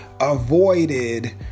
avoided